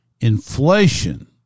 Inflation